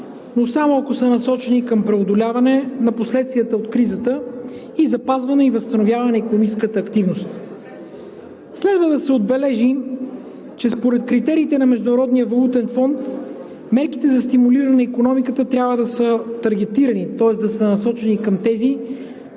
но само ако са насочени към преодоляване на последствията от кризата и запазване и възстановяване на икономическата активност. Следва да се отбележи, че според критериите на Международния валутен фонд мерките за стимулиране на икономиката трябва да са таргетирани, тоест да са насочени към тези,